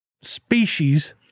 species